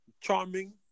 Charming